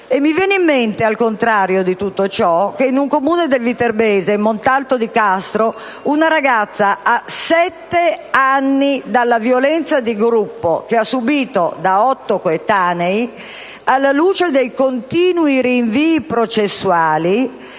Mi viene in mente, al contrario di tutto ciò, che in un Comune del viterbese, Montalto di Castro, una ragazza, a sette anni dalla violenza di gruppo che ha subito da otto suoi coetanei, alla luce dei continui rinvii processuali,